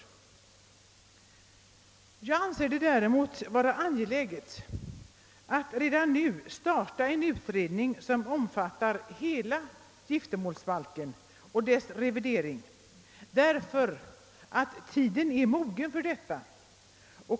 Jag anser det däremot vara angeläget att redan nu starta en utredning som omfattar hela giftermålsbalken och dess revidering, därför att tiden är mogen för detta.